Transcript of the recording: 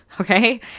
okay